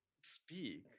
speak